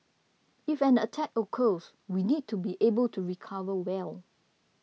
if an attack occurs we need to be able to recover well